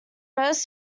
most